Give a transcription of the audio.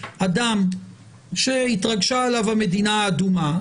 אדם שהתרגשה עליו המדינה האדומה,